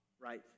right